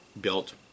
built